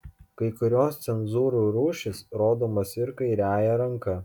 kai kurios cezūrų rūšys rodomos ir kairiąja ranka